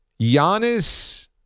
Giannis